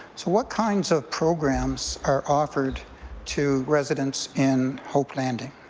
so what kind of programs are offered to residents in hope landing?